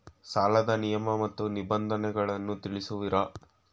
ಸಾಲದ ನಿಯಮ ಮತ್ತು ನಿಬಂಧನೆಗಳನ್ನು ತಿಳಿಸುವಿರಾ?